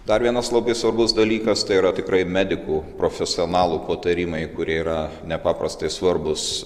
dar vienas labai svarbus dalykas tai yra tikrai medikų profesionalų patarimai kurie yra nepaprastai svarbūs